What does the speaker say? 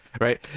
right